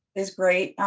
it's great.